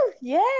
Yay